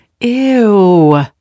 Ew